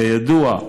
כידוע,